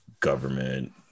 government